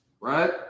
right